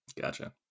Gotcha